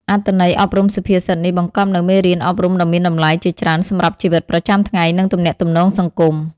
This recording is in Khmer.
អត្ថន័យអប់រំសុភាសិតនេះបង្កប់នូវមេរៀនអប់រំដ៏មានតម្លៃជាច្រើនសម្រាប់ជីវិតប្រចាំថ្ងៃ និងទំនាក់ទំនងសង្គម។